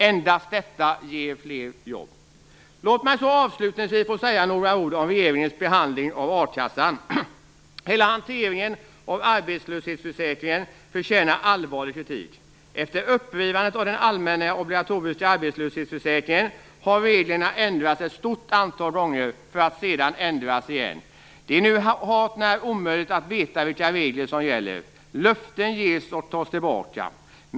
Endast detta ger fler jobb. Låt mig så säga några ord om regeringens behandling av a-kassan. Hela hanteringen av arbetslöshetsförsäkringen förtjänar allvarlig kritik. Efter upprivandet av den allmänna obligatoriska arbetslöshetsförsäkringen har reglerna ändrats ett stort antal gånger för att sedan ändras igen. Det är nu hart när omöjligt att veta vilka regler som gäller. Löften ges och tas tillbaka.